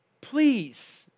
Please